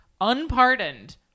unpardoned